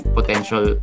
potential